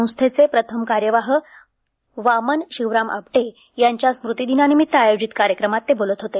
संस्थेचे प्रथम कार्यवाह वामन शिवराम आपटे यांच्या स्मृती दिनानिमित्त आयोजित कार्यक्रमांत ते बोलत होते